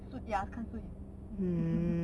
就 ya 看出脸 mm